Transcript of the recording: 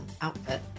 outfit